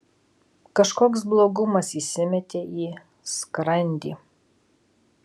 kažkoks blogumas įsimetė į skrandį